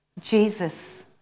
Jesus